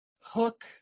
Hook